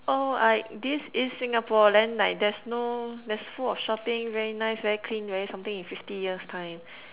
oh like this is Singapore then like there's no there's full of shopping very nice very clean very something in fifty years time